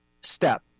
step